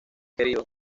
querido